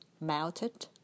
melted